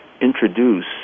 introduce